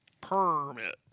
Permit